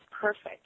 perfect